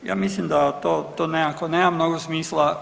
Ja mislim da to nekako nema mnogo smisla.